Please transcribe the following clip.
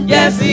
Yes